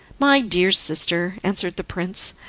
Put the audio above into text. my dear sister, answered the prince,